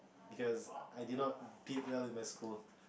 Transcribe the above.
because I did not did well in my school